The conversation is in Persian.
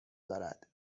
دارد